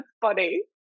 funny